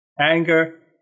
Anger